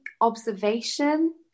observation